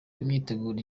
imyiteguro